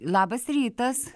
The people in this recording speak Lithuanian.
labas rytas